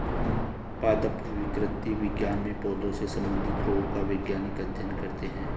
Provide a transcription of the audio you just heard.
हम पादप विकृति विज्ञान में पौधों से संबंधित रोगों का वैज्ञानिक अध्ययन करते हैं